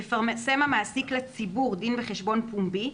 יפרסם המעסיק לציבור דין וחשבון פומבי,